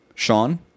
Sean